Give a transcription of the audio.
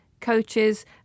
coaches